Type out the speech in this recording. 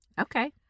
Okay